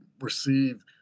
receive